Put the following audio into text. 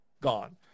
Gone